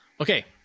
Okay